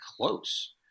close